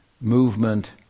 movement